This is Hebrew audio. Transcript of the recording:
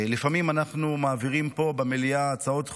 לפעמים אנחנו מעבירים פה במליאה הצעות חוק,